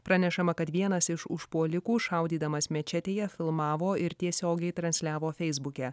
pranešama kad vienas iš užpuolikų šaudydamas mečetėje filmavo ir tiesiogiai transliavo feisbuke